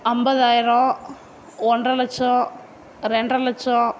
ஐம்பதாயிரம் ஒன்ரை லட்சம் ரெண்ரை லட்சம்